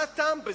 מה הטעם בזה?